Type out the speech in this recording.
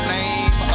name